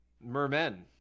Mermen